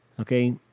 Okay